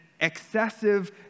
excessive